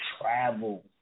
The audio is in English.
travel